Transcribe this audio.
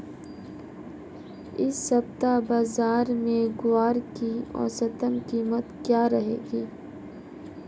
इस सप्ताह बाज़ार में ग्वार की औसतन कीमत क्या रहेगी?